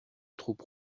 troupes